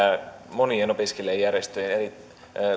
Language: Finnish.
monien opiskelijajärjestöjen